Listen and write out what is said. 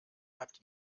habt